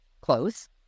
close